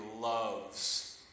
loves